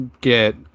get